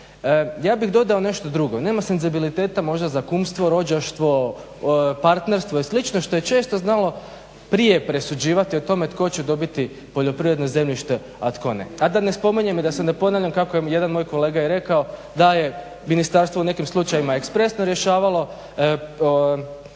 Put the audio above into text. Ja bih dodao nešto drugo, nema senzibiliteta možda za kumstvo, rođaštvo, partnerstvo i slično što je često znalo prije presuđivati o tome tko će dobiti poljoprivredno zemljište, a tko ne. A da ne spominjem i da se ne ponavljam, kako je jedan moj kolega i rekao da je ministarstvo u nekim slučajevima ekspresno rješavalo